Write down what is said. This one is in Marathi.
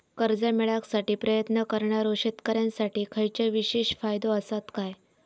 कर्जा मेळाकसाठी प्रयत्न करणारो शेतकऱ्यांसाठी खयच्या विशेष फायदो असात काय?